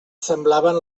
semblaven